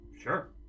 sure